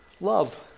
love